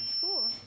Cool